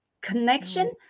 Connection